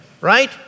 right